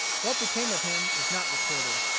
what became of him is not recorded.